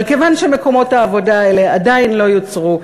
אבל כיוון שמקומות העבודה האלה עדיין לא יוצרו,